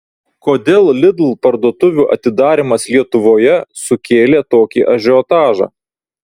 kodėl lidl parduotuvių atidarymas lietuvoje sukėlė tokį ažiotažą